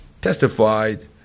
testified